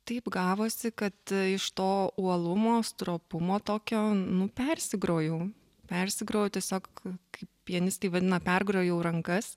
taip gavosi kad iš to uolumo stropumo tokio nu persigrojau persigrojau tiesiog kaip pianistai vadina pergrojau rankas